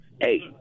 Hey